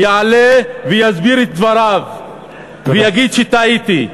ויסביר את דבריו ויגיד: טעיתי.